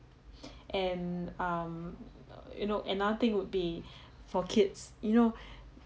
and um you know another thing would be for kids you know